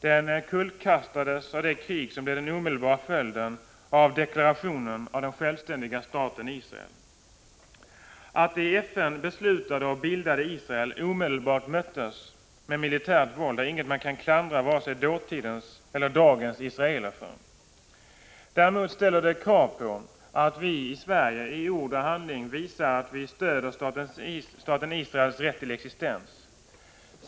Den kullkastades av det krig som blev den omedelbara följden av deklarationen om den självständiga staten Israel. Att det i FN beslutade och bildade Israel omedelbart möttes med militärt våld är inget man kan klandra vare sig dåtidens eller dagens israeler för. Däremot ställer det krav på att vi i Sverige i ord och handling visar att vi stöder staten Israels rätt till existens.